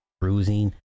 bruising